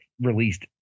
released